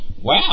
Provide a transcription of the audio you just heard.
Wow